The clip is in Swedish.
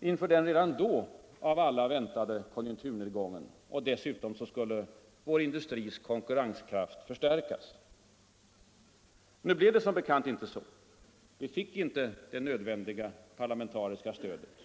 inför den redan då av alla väntade konjunkturnedgången. Dessutom skulle vår industris konkurrenskraft förstärkas. Nu blev det som bekant inte så. Vi fick inte det nödvändiga parlamentariska stödet.